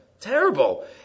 Terrible